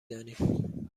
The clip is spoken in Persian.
دانیم